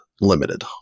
limited